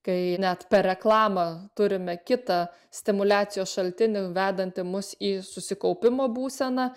kai net per reklamą turime kitą stimuliacijos šaltinį vedantį mus į susikaupimo būseną